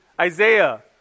Isaiah